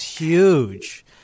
huge